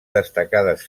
destacades